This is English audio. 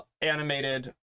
animated